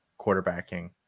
quarterbacking